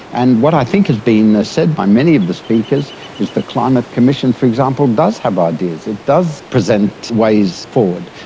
and what i think has been said by many of the speakers is the climate commission, for example, does have ideas, it does present ways forward.